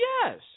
yes